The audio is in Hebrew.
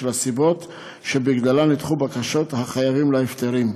הסיבות שבגללן נדחו בקשות החייבים להפטרים.